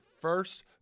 first